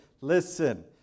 listen